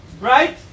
right